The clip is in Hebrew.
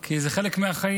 כי זה חלק מהחיים,